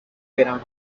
verano